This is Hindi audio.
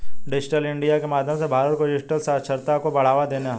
डिजिटल इन्डिया के माध्यम से भारत को डिजिटल साक्षरता को बढ़ावा देना है